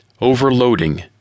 Overloading